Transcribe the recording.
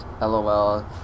lol